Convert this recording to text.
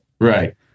Right